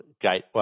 gateway